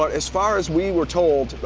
but as far as we were told,